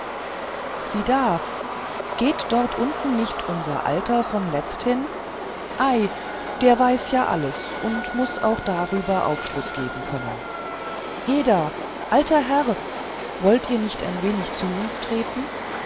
siehe da geht dort unten nicht unser alter von letzthin ei der weiß ja alles und muß auch darüber aufschluß geben können heda alter herr wollet ihr nicht ein wenig zu uns treten